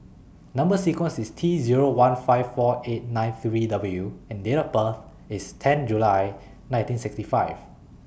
Number sequence IS T Zero one five four eight nine three W and Date of birth IS ten July nineteen sixty five